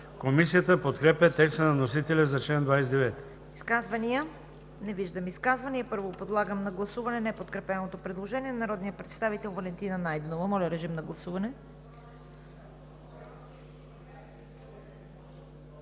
Комисията подкрепя текста на вносителя за чл. 29.